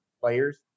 players